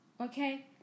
Okay